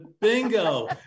Bingo